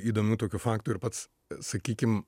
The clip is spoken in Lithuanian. įdomių tokių faktų ir pats sakykim